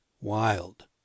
wild